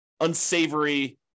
unsavory